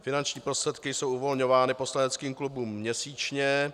Finanční prostředky jsou uvolňovány poslaneckým klubům měsíčně.